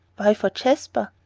why for jasper?